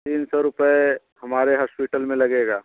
तीन सौ रुपए हमारे हास्पिटल में लगेगा